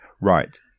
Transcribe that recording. Right